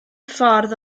ffordd